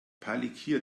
palikir